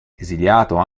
esiliato